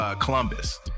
Columbus